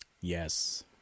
yes